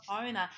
owner